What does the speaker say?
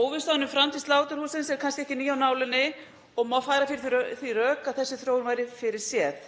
Óvissan um framtíð sláturhússins er kannski ekki ný af nálinni og má færa fyrir því rök að þessi þróun sé fyrirséð.